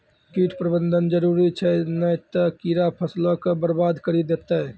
कीट प्रबंधन जरुरी छै नै त कीड़ा फसलो के बरबाद करि देतै